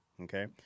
Okay